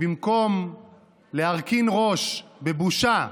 ובמקום להרכין ראש בבושה,